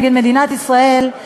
נגד מדינת ישראל.